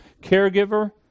caregiver